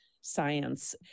science